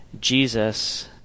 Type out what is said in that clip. Jesus